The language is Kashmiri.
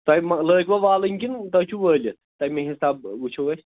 تۄہہِ ما لٲگوٕ والٕنۍ کِنہٕ تۄہہِ چھُو وٲلِتھ تَمے حِساب وُچھو أسۍ